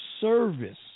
service